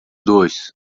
dois